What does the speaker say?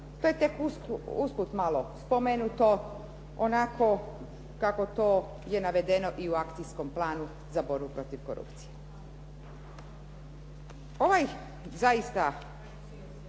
To je tek usput malo spomenuto, onako kako to je navedeno i u akcijskom planu za borbu protiv korupcije.